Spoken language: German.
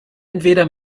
entweder